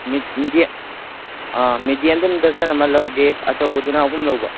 ꯃꯦꯗꯤꯌꯝꯗꯨꯅ dozen ꯑꯃ ꯂꯧꯔꯒꯦ ꯑꯆꯧꯕꯗꯨꯅ ꯑꯍꯨꯝ ꯂꯧꯕ